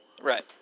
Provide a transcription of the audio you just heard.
Right